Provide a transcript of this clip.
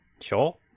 Sure